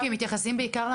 כי הם מתייחסים רק למעונות,